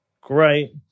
great